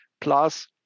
plus